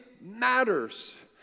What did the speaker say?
matters